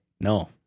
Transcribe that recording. No